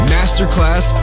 Masterclass